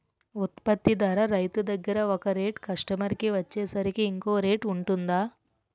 ఉత్పత్తి ధర రైతు దగ్గర ఒక రేట్ కస్టమర్ కి వచ్చేసరికి ఇంకో రేట్ వుంటుందా?